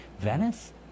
Venice